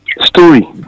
story